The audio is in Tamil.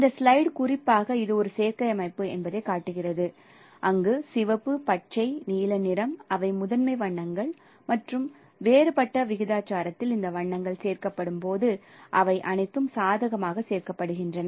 இந்த ஸ்லைடு குறிப்பாக இது ஒரு சேர்க்கை அமைப்பு என்பதைக் காட்டுகிறது அங்கு சிவப்பு பச்சை நீல நிறம் அவை முதன்மை வண்ணங்கள் மற்றும் வேறுபட்ட விகிதாச்சாரத்தில் இந்த வண்ணங்கள் சேர்க்கப்படும்போது அவை அனைத்தும் சாதகமாக சேர்க்கப்படுகின்றன